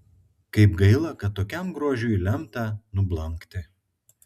kaip gaila kad tokiam grožiui lemta nublankti